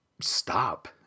stop